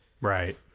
Right